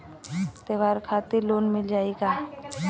त्योहार खातिर लोन मिल जाई का?